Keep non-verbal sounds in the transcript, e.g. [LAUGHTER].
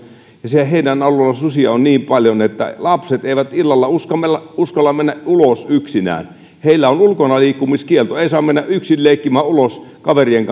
siellä heidän alueellaan on susia niin paljon että lapset eivät illalla uskalla uskalla mennä yksinään ulos heillä on ulkonaliikkumiskielto ei saa mennä yksin leikkimään ulos kaverien [UNINTELLIGIBLE]